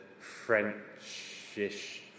Frenchish